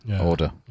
order